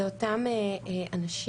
זה אותם אנשים,